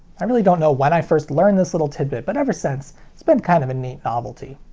i really don't know when i first learned this little tidbit but ever since it's been kind of a neat novelty.